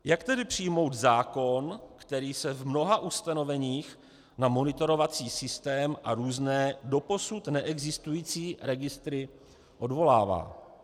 Jak tedy přijmout zákon, který se v mnoha ustanoveních na monitorovací systém a různé doposud neexistující registry odvolává?